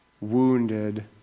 wounded